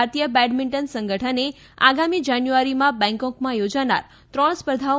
ભારતીય બેડમિન્ટન સંગઠને આગામી જાન્યુઆરીમાં બેંગકોકમાં યોજાનાર ત્રણ સ્પર્ધાઓ